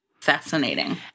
Fascinating